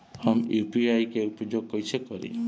हम यू.पी.आई के उपयोग कइसे करी?